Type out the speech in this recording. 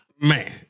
Man